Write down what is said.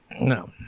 No